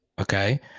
okay